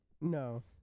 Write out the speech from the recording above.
No